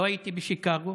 לא הייתי בשיקגו,